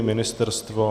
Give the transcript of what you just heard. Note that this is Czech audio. Ministerstvo?